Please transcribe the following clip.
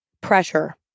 Pressure